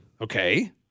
Okay